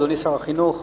אדוני שר החינוך,